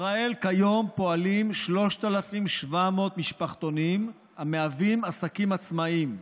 בישראל כיום פועלים 3,700 משפחתונים המהווים עסקים עצמאיים,